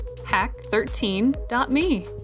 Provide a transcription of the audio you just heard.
Hack13.me